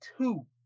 two